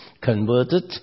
converted